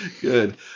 Good